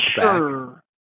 sure